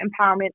Empowerment